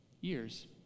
Years